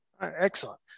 Excellent